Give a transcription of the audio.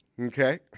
Okay